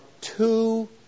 two